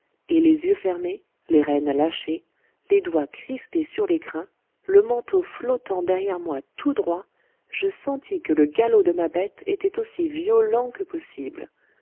et les yeux fermés les rênes lâchées les doigts crispés sur les crins le manteau flottant derrière moi tout droit je sentis que le galop de ma bête était aussi violent que possible